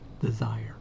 desire